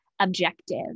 objective